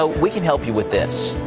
ah we can help you with this.